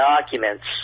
documents